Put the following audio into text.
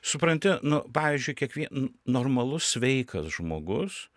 supranti nu pavyzdžiui kiekvie normalus sveikas žmogus